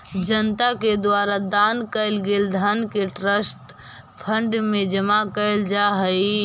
जनता के द्वारा दान कैल गेल धन के ट्रस्ट फंड में जमा कैल जा हई